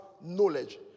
knowledge